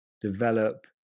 develop